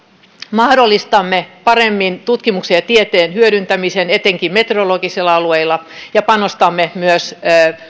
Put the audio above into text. mahdollistamme paremmin tutkimuksen ja tieteen hyödyntämisen etenkin metrologisilla alueilla ja panostamme myös